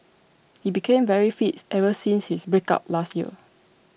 he became very fits ever since his breakup last year